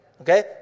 okay